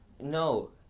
No